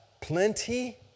plenty